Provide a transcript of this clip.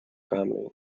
family